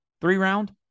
three-round